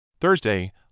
Thursday